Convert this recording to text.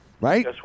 right